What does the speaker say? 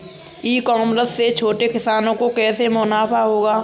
ई commerce से छोटे किसानों को कैसे मुनाफा होगा?